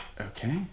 Okay